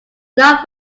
not